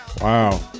Wow